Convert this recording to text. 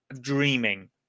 dreaming